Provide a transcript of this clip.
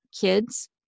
kids